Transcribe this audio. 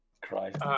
Christ